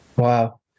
Wow